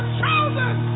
chosen